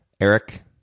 Eric